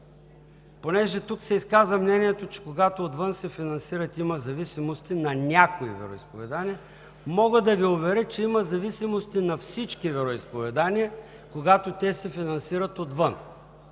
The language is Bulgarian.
Понеже тук се изказа мнението, че когато отвън се финансират, има зависимости на някои вероизповедания, мога да Ви уверя, че има зависимости на всички вероизповедания, когато се финансират отвън.